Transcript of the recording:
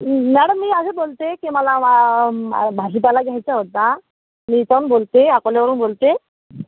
madam मी असं बोलते की मला भाजीपाला घ्यायचा होता मी बोलते अकोल्यावरून बोलते